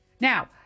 Now